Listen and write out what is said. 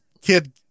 kid